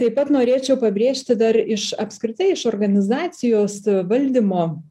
taip pat norėčiau pabrėžti dar iš apskritai iš organizacijos valdymo